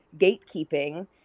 gatekeeping